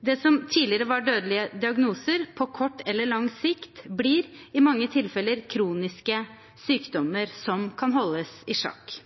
Det som tidligere var dødelige diagnoser på kort eller lang sikt, blir i mange tilfeller kroniske sykdommer som kan holdes i sjakk.